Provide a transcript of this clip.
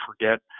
forget